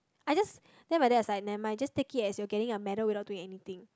I just then my dad was like never mind just take it as you are getting a medal without doing anything